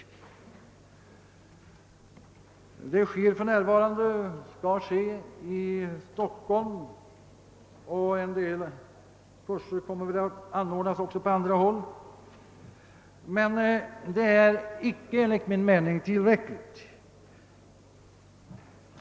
Enligt tidigare beslut skall sådan undervisning äga rum i Stockholm, och en del kurser kommer väl att anordnas också på andra håll, men det är enligt min mening icke tillräckligt.